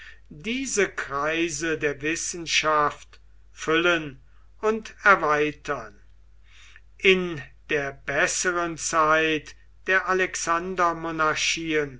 diese kreise der wissenschaft füllen und erweitern in der besseren zeit der